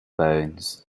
bones